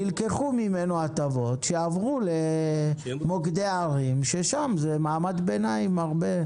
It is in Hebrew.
נלקחו ממנו הטבות שעברו למוקדי ערים ששם זה הרבה ממעמד הביניים.